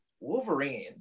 wolverine